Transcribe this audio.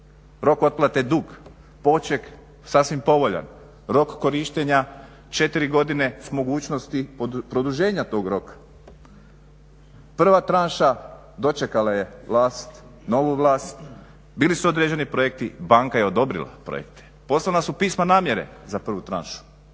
Rok otplate je dug, poček sasvim povoljan, rok korištenja 4 godine s mogućnosti produženja tog roka. Prva tranša dočekala je vlast, novu vlast, bili su određeni projekti, banka je odobrila projekte. Poslana su pisma namjere za prvu tranšu